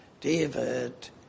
David